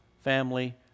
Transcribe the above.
family